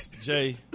Jay